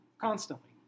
constantly